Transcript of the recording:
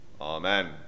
Amen